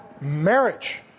marriage